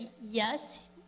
yes